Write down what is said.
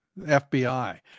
FBI